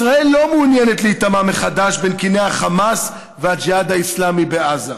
ישראל לא מעוניינת להיטמע מחדש בין קיני החמאס והג'יהאד האסלאמי בעזה.